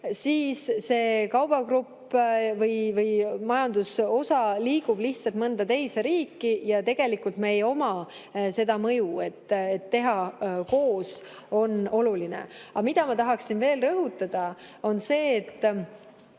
siis see kaubagrupp või majandusosa liigub lihtsalt mõnda teise riiki ja tegelikult jääb mõju olemata. Teha koos on oluline. Aga ma tahaksin veel rõhutada seda, et